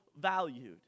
valued